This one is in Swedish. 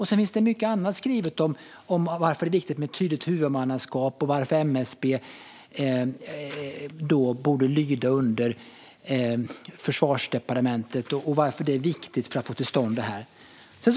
Det finns mycket annat skrivet om varför det är viktigt med tydligt huvudmannaskap, varför MSB borde lyda under Försvarsdepartementet och varför det är viktigt för att få detta till stånd.